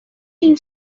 این